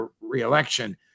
re-election